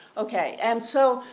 okay and so,